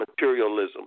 materialism